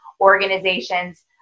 organizations